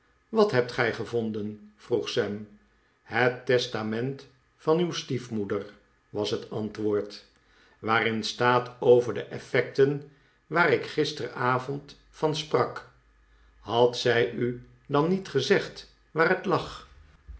wat hebt gij gevonden vroeg sam het testament van uw stiefmoeder was het antwoord waarin staat over de effecten waar ik gisteravond van sprak had zij u dan niet gezegd waar het lag